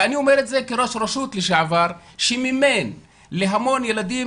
אני אומר את זה כראש רשות לשעבר שמימן להמון ילדים,